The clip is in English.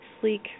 sleek